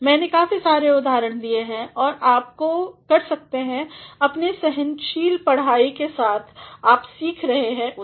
मैने काफी सारे उदाहरण दिए हैं और आप कर सकते हैं अपने सहनशील पढ़ाई के साथ आप सीख सकते हैं उन्हें